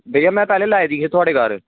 भैया में पैह्लें लाई दी ही थुआढ़े घर